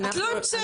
את לא המצאת,